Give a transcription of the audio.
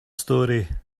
story